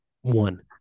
One